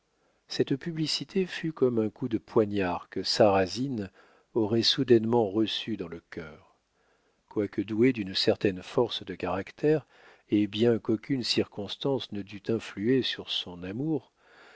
cette publicité fut comme un coup de poignard que sarrasine aurait soudainement reçu dans le cœur quoique doué d'une certaine force de caractère et bien qu'aucune circonstance ne dût influer sur son amour